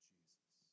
Jesus